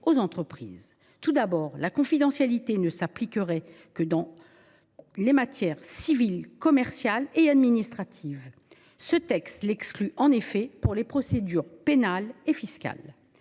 Tout d’abord, la confidentialité ne s’appliquerait que dans les matières civile, commerciale et administrative. Ce texte l’exclut en effet pour les procédures pénales et fiscales.